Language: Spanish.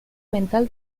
mental